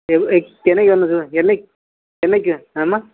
என்னைக்கி வேணும்னு சொ என்னக் என்னைக்கி என்னம்மா